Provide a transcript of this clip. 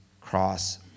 cross